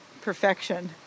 perfection